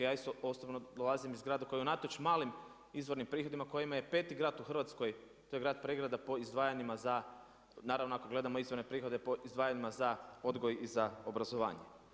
Ja isto osobno dolazim iz grada koji unatoč malim izvornim prihodima koji imaju pet grad u Hrvatskoj to je grad Pregrada po izdvajanjima za, naravno ako gledamo izvanredne prihode po izdvajanjima za odgoj i za obrazovanje.